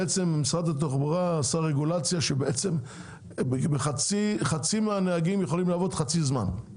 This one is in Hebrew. את זה שמשרד התחבורה קבע שחצי מהנהגים יכולים לעבוד חצי זמן.